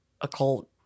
occult